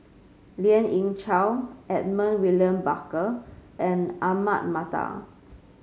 Lien Ying Chow Edmund William Barker and Ahmad Mattar